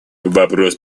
вопрос